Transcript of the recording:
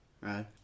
right